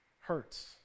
hurts